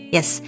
Yes